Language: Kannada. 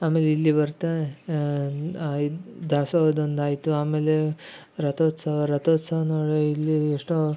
ಆಮೇಲೆ ಇಲ್ಲಿ ಬರ್ತಾ ಇದು ದಾಸೋಹದ ಒಂದು ಆಯ್ತು ಆಮೇಲೆ ರಥೋತ್ಸವ ರಥೋತ್ಸವ ನೋಡಿ ಎಲ್ಲಿ ಎಷ್ಟೋ